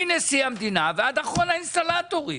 מנשיא המדינה ועד אחרון האינסטלטורים,